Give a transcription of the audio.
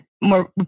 More